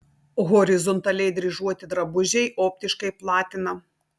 horizontaliai dryžuoti drabužiai optiškai platina